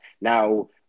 Now